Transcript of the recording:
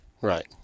Right